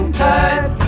tide